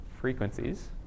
frequencies